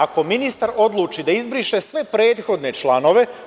Ako ministar odluči da izbriše sve prethodne članove…